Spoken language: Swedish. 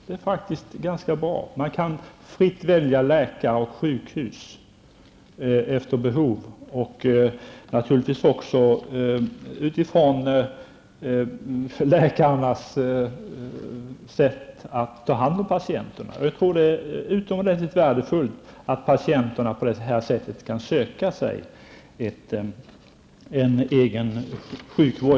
Det är bra att efter behov och utifrån läkarnas sätt att ta hand om patienterna fritt kunna välja läkare och sjukhus. Det är utomordentligt värdefullt att patienterna kan välja sjukvård.